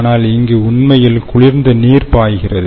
ஆனால் இங்கு உண்மையில் குளிர்ந்த நீர் பாய்கிறது